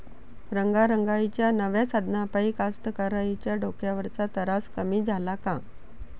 रंगारंगाच्या नव्या साधनाइपाई कास्तकाराइच्या डोक्यावरचा तरास कमी झाला का?